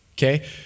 Okay